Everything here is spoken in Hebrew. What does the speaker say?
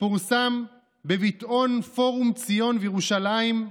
פורסם בביטאון פורום ציון וירושלים,